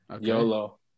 YOLO